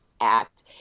act